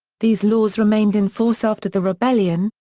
these laws remained in force after the rebellion,